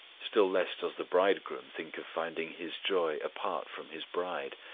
still less does the bridegroom think of finding his joy apart from his bride.